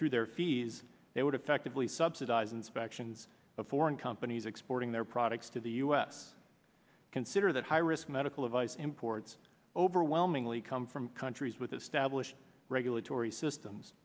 through their fees they would effectively subsidize inspections of foreign companies exporting their products to the u s consider that high risk medical device imports overwhelmingly come from countries with established regulatory systems